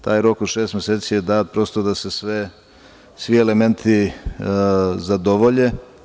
Taj rok od šest meseci je dat prosto da se svi elementi zadovolje.